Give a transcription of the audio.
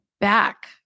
back